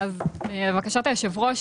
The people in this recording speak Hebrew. לבקשת היו"ר,